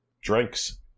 drinks